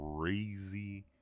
crazy